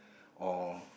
or